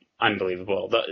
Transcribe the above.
unbelievable